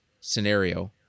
scenario